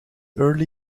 early